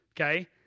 Okay